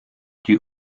die